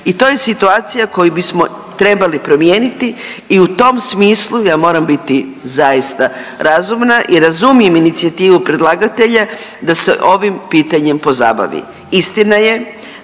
I to je situacija koju bismo trebali promijeniti i u tom smislu ja moram biti zaista razumna i razumijem inicijativu predlagatelja da se ovim pitanjem pozabavi.